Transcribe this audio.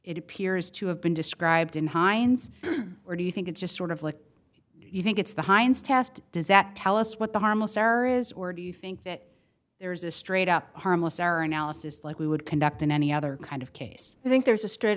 it appears to have been described in hines or do you think it's just sort of like you think it's the heinz test does that tell us what the harmless error is or do you think that there's a straight up harmless error analysis like we would conduct in any other kind of case i think there's a straight